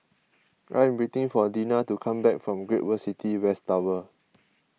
I am waiting for Deena to come back from Great World City West Tower